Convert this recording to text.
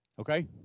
Okay